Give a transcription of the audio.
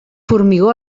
formigó